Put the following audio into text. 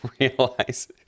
realize